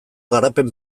garapen